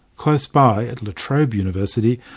close by, at la trobe university,